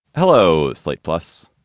hello. slate plus.